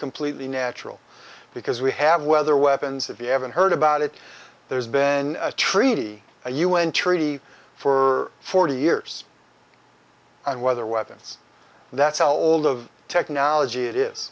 completely natural because we have weather weapons if you haven't heard about it there's been a treaty a u n treaty for forty years and whether weapons that's how old of technology it is